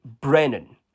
Brennan